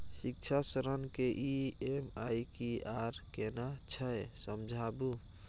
शिक्षा ऋण के ई.एम.आई की आर केना छै समझाबू?